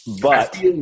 But-